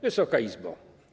Wysoka Izbo!